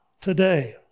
today